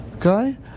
okay